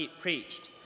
preached